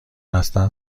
اصلا